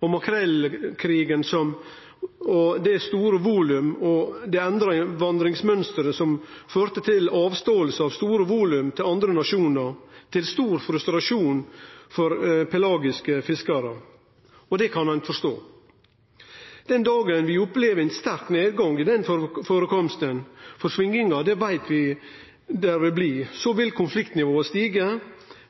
og makrellkrigen, det store volumet og det endra vandringsmønsteret som førte til avståing av store volum til andre nasjonar, til stor frustrasjon for pelagiske fiskarar – og det kan ein forstå. Den dagen vi opplever ein sterk nedgang i den førekomsten – for svingingar veit vi det vil bli – vil konfliktnivået stige,